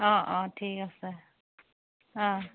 অঁ অঁ ঠিক আছে অঁ